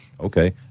okay